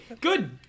Good